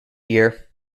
year